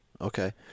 Okay